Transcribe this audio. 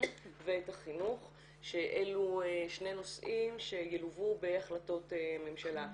והחינוך שאלה שני הנושאים שילוו בהחלטות ממשלה.